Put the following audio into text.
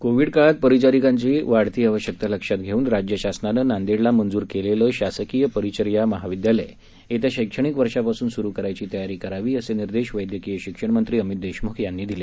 Covid काळात परिचारिकांची वाढती आवश्यकता लक्षात घेऊन राज्य शासनानं नांदेडला मंजूर केलेलं शासकीय परिचर्या महाविद्यालय येत्या शक्तिणिक वर्षापासून सुरू करण्याची तयारी करावी असे निर्देश वस्क्रीय शिक्षण मंत्री अमित देशमुख यांनी दिले